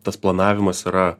tas planavimas yra